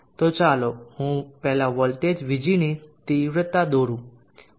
તો ચાલો હું પહેલા વોલ્ટેજ Vg ની તીવ્રતા દોરું